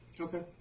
Okay